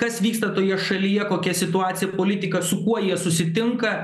kas vyksta toje šalyje kokia situacija politika su kuo jie susitinka